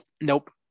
Nope